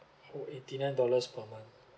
oh eighty nine dollars per month